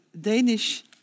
Danish